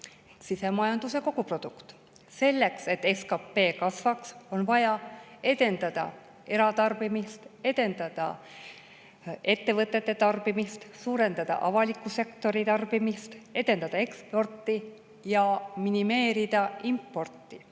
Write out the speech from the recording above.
sisemajanduse koguprodukt. Selleks et SKP kasvaks, on vaja edendada eratarbimist, edendada ettevõtete tarbimist, suurendada avaliku sektori tarbimist, edendada eksporti ja minimeerida importi.